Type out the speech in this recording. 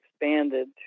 expanded